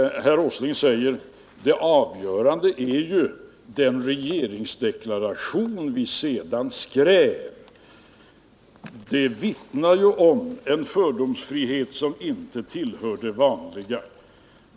Herr Åsling säger: Det avgörande är ju den regeringsdeklaration vi sedan skrev. Det vittnar om en fördomsfrihet som inte tillhör det vanliga!